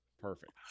Perfect